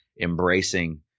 embracing